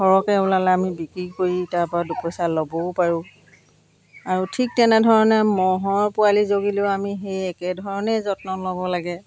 সৰহকৈ ওলালে আমি বিক্ৰী কৰি তাৰপা দুপইচা ল'বও পাৰোঁ আৰু ঠিক তেনেধৰণে ম'হৰ পোৱালি জগিলেও আমি সেই একেধৰণে যত্ন ল'ব লাগে